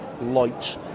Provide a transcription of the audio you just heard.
light